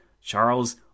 Charles